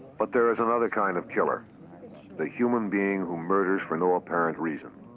but there is another kind of killer the human being who murders for no apparent reason.